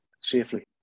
safely